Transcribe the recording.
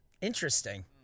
Interesting